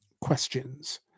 questions